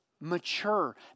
mature